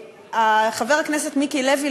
חבר הכנסת מיקי לוי,